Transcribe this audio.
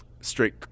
straight